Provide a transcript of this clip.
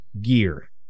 gear